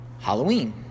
Halloween